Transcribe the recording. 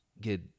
get